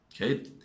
okay